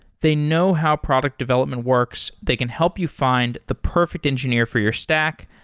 they know how product development works. they can help you find the perfect engineer for your stack,